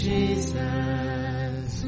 Jesus